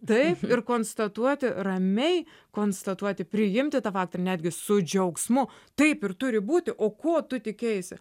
taip ir konstatuoti ramiai konstatuoti priimti tą faktą netgi su džiaugsmu taip ir turi būti o ko tu tikėjaisi